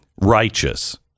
righteous